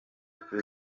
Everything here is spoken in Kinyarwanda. kuri